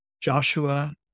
joshua